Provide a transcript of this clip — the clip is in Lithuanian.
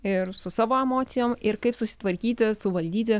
ir su savo emocijom ir kaip susitvarkyti suvaldyti